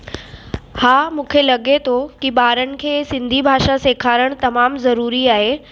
हा मूंखे लॻे थो ॿारनि खे सिंधी भाषा सेखारणु तमामु ज़रूरी आहे